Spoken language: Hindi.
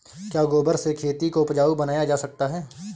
क्या गोबर से खेती को उपजाउ बनाया जा सकता है?